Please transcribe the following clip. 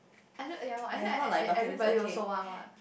I don't ya loh actually everybody also want what